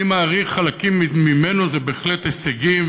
אני מעריך שחלקים ממנו הם בהחלט הישגים,